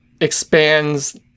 expands